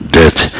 death